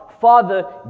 Father